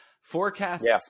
Forecasts